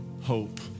hope